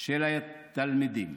של תלמידים,